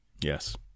Yes